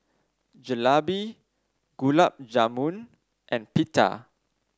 Jalebi Gulab Jamun and Pita